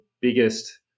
biggest